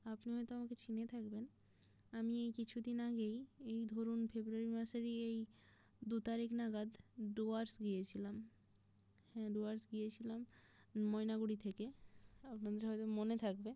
আপনি হয়তো আমাকে চিনে থাকবেন আমি এই কিছু দিন আগেই এই ধরুন ফেব্রুয়ারি মাসেরই এই দু তারিখ নাগাদ ডুয়ার্স গিয়েছিলাম হ্যাঁ ডুয়ার্স গিয়েছিলাম ময়নাগুড়ি থেকে আপনাদের হয়তো মনে থাকবে